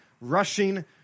rushing